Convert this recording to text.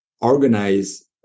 organize